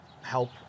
help